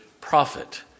prophet